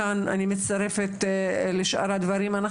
כאן אני מצטרפת לשאר הדברים שנאמרו,